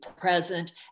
present